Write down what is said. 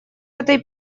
этой